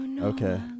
Okay